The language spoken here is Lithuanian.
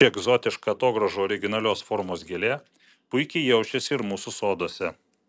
ši egzotiška atogrąžų originalios formos gėlė puikiai jaučiasi ir mūsų soduose